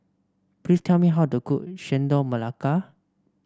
please tell me how to cook Chendol Melaka